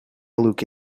look